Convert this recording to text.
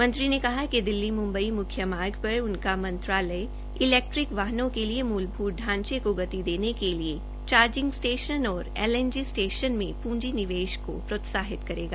मंत्री ने बताया कि दिल्ली म्म्बई म्ख्य राजमार्ग पर उनका मंत्रालय इलैक्ट्रोनिक वाहनों के लिए मुलभुत ढांचे को गति देने के लिए चार्जिंग स्टेशन और एलएनजी स्टेशन मे पूंजी निवेश को प्रोत्साहित करेगा